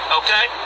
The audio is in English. okay